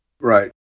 Right